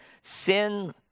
sin